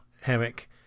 Hammock